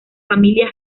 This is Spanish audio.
familia